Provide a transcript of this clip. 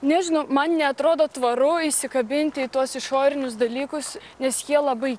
nežinau man neatrodo tvaru įsikabinti į tuos išorinius dalykus nes jie labai